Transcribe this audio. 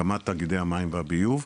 הקמת תאגידי המים והביוב,